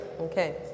Okay